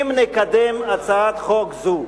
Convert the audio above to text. אם נקדם הצעת חוק זו